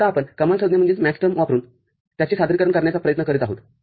आताआपण कमालसंज्ञा वापरुन त्याचे सादरीकरण करण्याचा प्रयत्न करीत आहोत